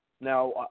Now